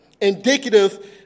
Indicative